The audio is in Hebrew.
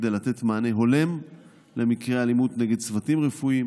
כדי לתת מענה הולם למקרי אלימות נגד צוותים רפואיים